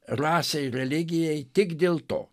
rasei religijai tik dėl to